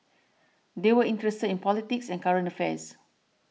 they were interested in politics and current affairs